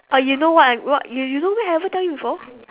oh you know what I what you you know meh I ever tell you before